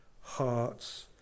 hearts